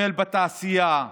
לטפל בתעשייה,